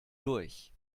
durch